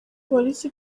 polisi